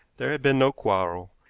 there had been no quarrel,